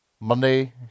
monday